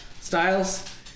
styles